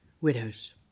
widows